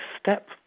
step